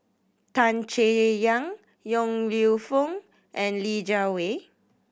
Tan Chay Yan Yong Lew Foong and Li Jiawei